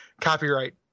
copyright